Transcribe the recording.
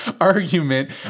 argument